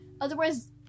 otherwise